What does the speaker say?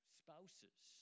spouses